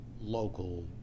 local